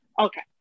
Okay